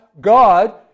God